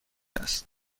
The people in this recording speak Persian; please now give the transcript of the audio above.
است